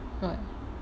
what